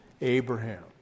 Abraham